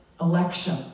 election